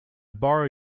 borrow